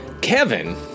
Kevin